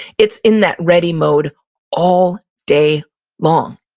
it's in that ready mode all day long.